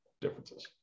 differences